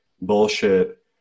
bullshit